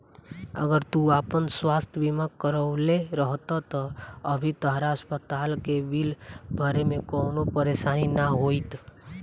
अगर तू आपन स्वास्थ बीमा करवले रहत त अभी तहरा अस्पताल के बिल भरे में कवनो परेशानी ना होईत